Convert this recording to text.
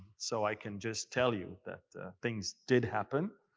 so i can just tell you that things did happen.